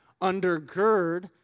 undergird